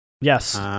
Yes